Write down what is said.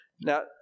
Now